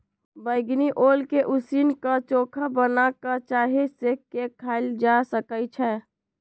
बइगनी ओल के उसीन क, चोखा बना कऽ चाहे सेंक के खायल जा सकइ छै